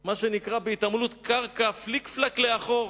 מה שנקרא בהתעמלות קרקע פליק-פלאק לאחור,